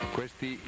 Questi